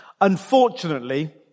Unfortunately